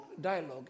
dialogue